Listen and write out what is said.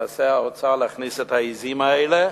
מנסה האוצר להכניס את העזים האלה,